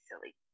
silly